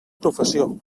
professió